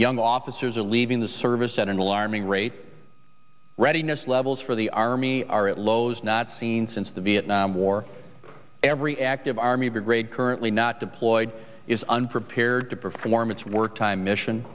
young officers are leaving the service at an alarming rate readiness levels for the army are at lows not seen since the vietnam war every active army grade currently not deployed is unprepared to perform its work time mission